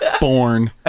Born